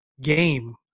game